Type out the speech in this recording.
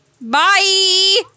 Bye